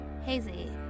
hazy